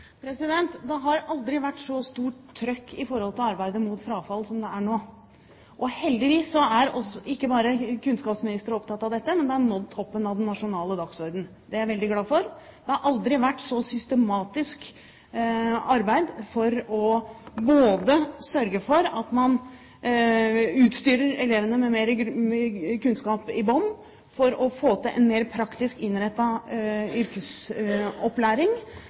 Det har aldri vært så stort «trøkk» i arbeidet mot frafall som det er nå. Og heldigvis er ikke bare kunnskapsministre opptatt av dette, det har også nådd toppen på den nasjonale dagsordenen. Det er jeg veldig glad for. Det har aldri vært et så systematisk arbeid for å sørge for at man utstyrer elevene med mer kunnskap i bunnen for å få til en mer praktisk innrettet yrkesopplæring,